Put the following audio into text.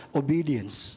obedience